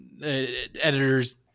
editors